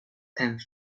tenth